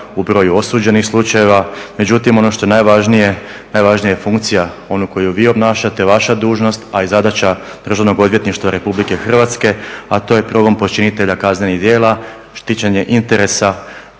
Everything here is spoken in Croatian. u broju osuđenih slučajeva. Međutim, ono što je najvažnije, najvažnija je funkcija onu koju vi obnašate, vaša dužnost a i zadaća Državnog odvjetništva Republike Hrvatske, a to je progon počinitelja kaznenih djela, štićenje interesa